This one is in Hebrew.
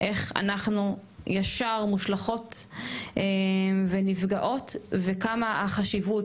איך אנחנו ישר מושלכות ונפגעות וכמה החשיבות